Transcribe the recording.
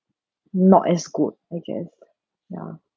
not as good okay ya